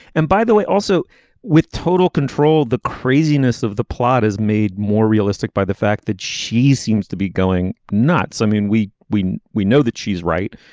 and by the way also with total control the craziness of the plot is made more realistic by the fact that she seems to be going nuts. i mean we we we know that she's right.